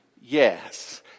yes